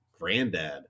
granddad